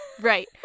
right